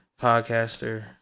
podcaster